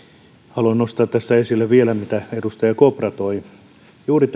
haluan vielä nostaa tässä esille sen mitä edustaja kopra toi esille juuri